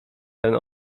ten